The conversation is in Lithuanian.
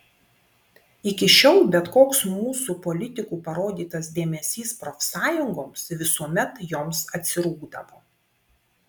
iki šiol bet koks mūsų politikų parodytas dėmesys profsąjungoms visuomet joms atsirūgdavo